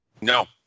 No